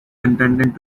intended